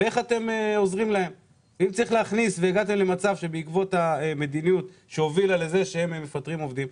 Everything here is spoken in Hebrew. אם הגעתם למצב שבעקבות המדיניות שלכם הם מפטרים עובדים,